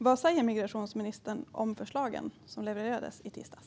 Vad säger migrationsministern om förslagen som levererades i tisdags?